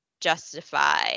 justify